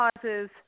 causes